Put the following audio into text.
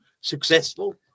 successful